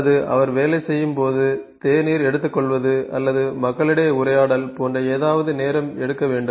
அல்லது அவர் வேலை செய்யும் போது தேநீர் எடுத்துக்கொள்வது அல்லது மக்களிடையே உரையாடல் போன்ற ஏதாவது நேரம் எடுக்க வேண்டும்